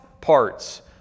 parts